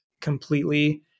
completely